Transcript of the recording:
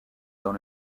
dans